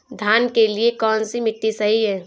धान के लिए कौन सी मिट्टी सही है?